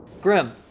Grim